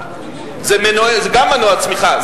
גם זה מנוע צמיחה,